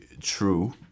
true